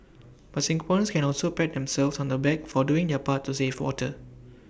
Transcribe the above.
but Singaporeans can also pat themselves on the back for doing their part to save water